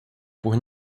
por